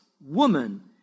woman